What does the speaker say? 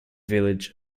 village